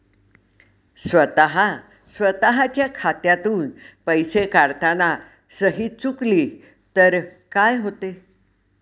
स्वतः स्वतःच्या खात्यातून पैसे काढताना सही चुकली तर काय होते?